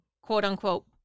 quote-unquote